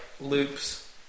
loops